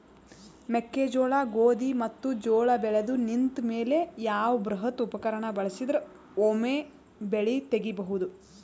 ಮೆಕ್ಕೆಜೋಳ, ಗೋಧಿ ಮತ್ತು ಜೋಳ ಬೆಳೆದು ನಿಂತ ಮೇಲೆ ಯಾವ ಬೃಹತ್ ಉಪಕರಣ ಬಳಸಿದರ ವೊಮೆ ಬೆಳಿ ತಗಿಬಹುದು?